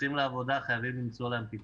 יוצאים לעבודה, חייבים למצוא להם פתרון.